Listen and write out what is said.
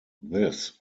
this